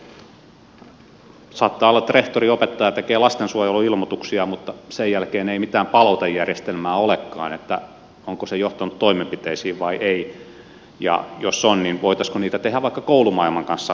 saattaa olla että rehtori opettaja tekee lastensuojeluilmoituksia mutta sen jälkeen ei mitään palautejärjestelmää olekaan onko se johtanut toimenpiteisiin vai ei ja jos on niin voitaisiinko niitä tehdä vaikka koulumaailman kanssa yhteydessä